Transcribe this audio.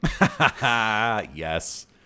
Yes